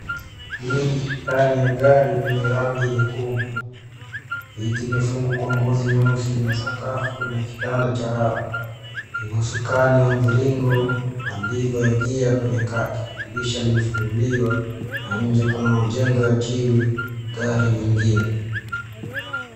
Hii ni ndani ya gari lenye rangi nyekundu. Viti imefunikwa kwa ngozi nyeusi na sakafu ina kitanda cha raba. Ina usukani wa mviringo na leva ya gia kwenye kati. Kisha limefunguliwa na nje kuna majengo ya jivu na gari nyingine.